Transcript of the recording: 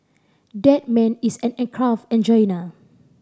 that man is an aircraft engineer